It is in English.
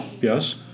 Yes